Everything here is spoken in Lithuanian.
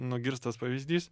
nugirstas pavyzdys